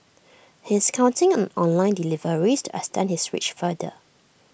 he is counting on online deliveries to extend his reach farther